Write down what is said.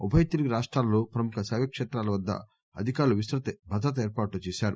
ఉభయ తెలుగు రాష్టాలలో ప్రముఖ శైవ క్షేత్రాల వద్ద అధికారులు విస్తృత భద్రతా ఏర్పాట్లు చేశారు